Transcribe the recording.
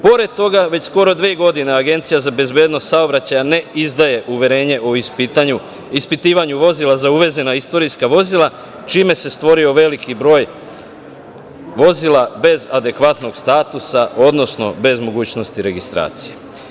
Pored toga, već skoro dve godine Agencija za bezbednost saobraćaja ne izdaje uverenje o ispitivanju vozila za uvezena istorijska vozila, čime se stvorio veliki broj vozila bez adekvatnog statusa, odnosno bez mogućnosti registracije.